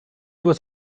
was